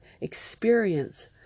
experience